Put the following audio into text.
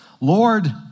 Lord